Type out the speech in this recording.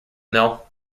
mill